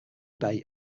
bay